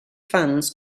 fans